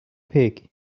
pig